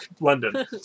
London